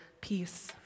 peace